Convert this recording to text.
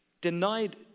denied